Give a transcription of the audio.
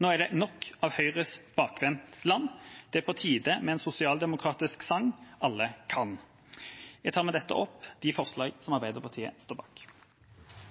Nå er det nok av Høyres bakvendtland, det er på tide med en sosialdemokratisk sang alle kan. Jeg tar med dette opp de forslag som Arbeiderpartiet står bak.